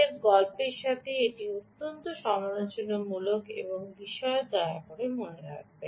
র গল্পের সাথে এটি অত্যন্ত সমালোচনামূলক একটি বিষয় যা দয়া করে মনে রাখবেন